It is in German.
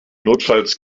notfalls